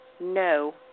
No